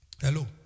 Hello